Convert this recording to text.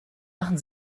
machen